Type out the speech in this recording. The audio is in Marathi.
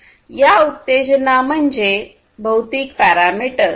या उत्तेजना म्हणजे भौतिक पॅरामीटर्स